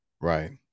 right